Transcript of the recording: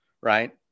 right